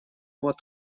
вот